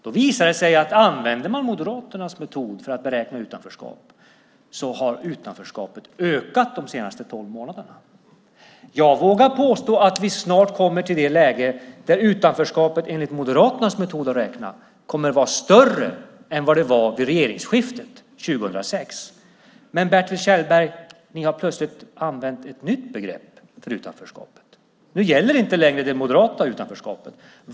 Det visar sig att om man använder Moderaternas metod för att beräkna utanförskapet har det ökat de senaste tolv månaderna. Jag vågar påstå att vi snart är i ett läge där utanförskapet enligt Moderaternas sätt att räkna kommer att vara större än det var vid regeringsskiftet 2006. Men, Bertil Kjellberg, plötsligt har ni använt ett nytt begrepp för utanförskapet. Nu gäller inte längre det moderata utanförskapet.